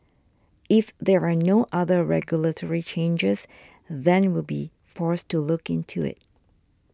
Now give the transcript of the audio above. if there are no other regulatory changes then we'll be forced to look into it